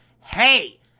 Hey